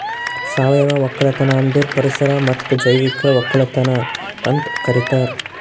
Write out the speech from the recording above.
ಸಾವಯವ ಒಕ್ಕಲತನ ಅಂದುರ್ ಪರಿಸರ ಮತ್ತ್ ಜೈವಿಕ ಒಕ್ಕಲತನ ಅಂತ್ ಕರಿತಾರ್